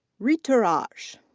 rituraj.